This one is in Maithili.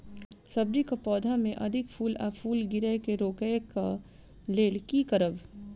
सब्जी कऽ पौधा मे अधिक फूल आ फूल गिरय केँ रोकय कऽ लेल की करब?